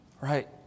Right